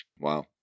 Wow